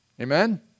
Amen